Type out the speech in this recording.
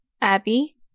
Abby